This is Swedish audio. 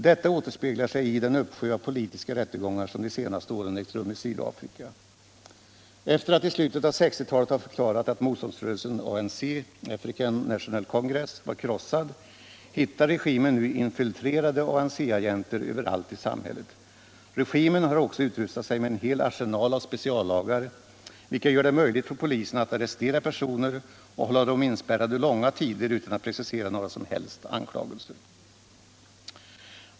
Detta återspeglar sig i den uppsjö av politiska rättegångar som de senaste åren ägt rum i Sydafrika. Efter att i slutet av 1960-talet ha förklarat att motståndsrörelsen ANC var krossad hittar regimen nu ”infiltrerade ANC-agenter” överallt i samhället. Regimen har också utrustat sig med en hel arsenal av speciallagar, vilka gör det möjligt för polisen att arrestera personer och hålla dem inspärrade långa tider utan att precisera några som helst anklagelser.